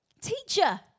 Teacher